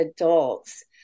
adults